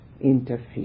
interfere